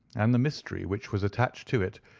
and the mystery which was attached to it,